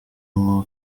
mwo